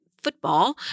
football